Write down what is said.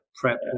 prep